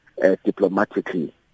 diplomatically